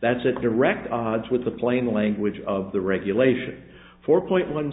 that's a direct odds with the plain language of the regulation four point one